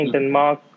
Denmark